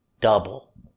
double